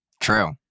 True